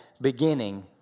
beginning